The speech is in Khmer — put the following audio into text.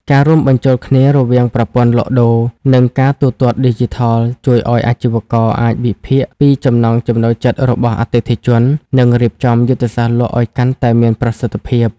ការរួមបញ្ចូលគ្នារវាងប្រព័ន្ធលក់ដូរ និងការទូទាត់ឌីជីថល ជួយឱ្យអាជីវករអាចវិភាគពីចំណង់ចំណូលចិត្តរបស់អតិថិជន និងរៀបចំយុទ្ធសាស្ត្រលក់ឱ្យកាន់តែមានប្រសិទ្ធភាព។